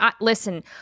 listen